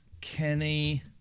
Kenny